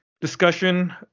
discussion